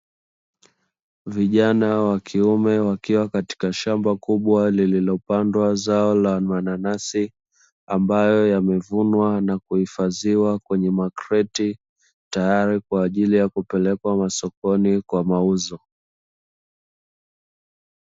Vijana wa kiume wakiwa katika shamba kubwa lililopandwa zao la mananasi, ambayo yamevunwa na kuhifadhiwa kwenye makreti. Tayari kwa ajili ya kupelekwa masokoni kwa mauzo.